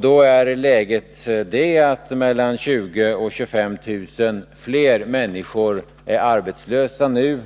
Då är läget det att mellan 20 000 och 25 000 fler människor är arbetslösa nu,